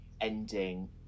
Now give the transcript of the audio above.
ending